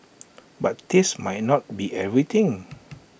but taste might not be everything